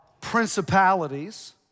principalities